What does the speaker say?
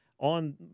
On